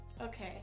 Okay